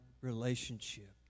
relationship